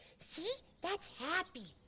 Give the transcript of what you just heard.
see, that's happy.